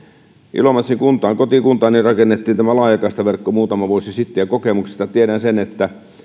ilomantsin kuntaan kotikuntaani rakennettiin tämä laajakaistaverkko muutama vuosi sitten ja kokemuksesta tiedän sen että